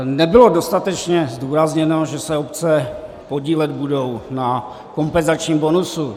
Nebylo dostatečně zdůrazněno, že se obce podílet budou na kompenzačním bonusu.